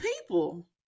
people